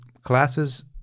classes